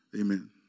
Amen